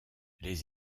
les